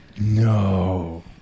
No